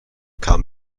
kam